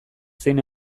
zein